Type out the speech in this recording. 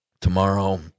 tomorrow